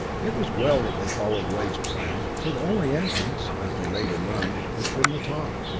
it was well that they followed wade's plan, for the only entrance, as they later learned, was from the top.